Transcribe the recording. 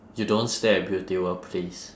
you don't stay at beauty world please